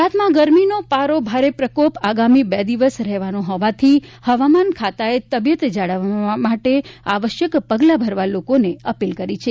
ગુજરાતમાં ગરમીનો પારો ભારે પ્રકોપ આગામી બે દિવસ રહેવાનો હોવાથી હવામાન ખાતાએ તબિયત જાળવવા માટે આવશ્યક પગલા ભરવા લોકોને અપીલ કરાઇ છે